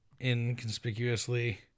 inconspicuously